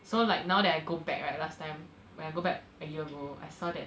so like now that I go back right last time when I go back a year ago I saw that